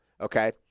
okay